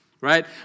Right